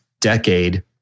decade